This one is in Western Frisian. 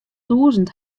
tûzen